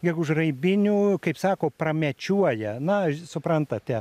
gegužraibinių kaip sako pramečiuoja na suprantate